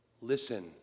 Listen